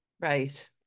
Right